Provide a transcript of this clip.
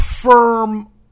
firm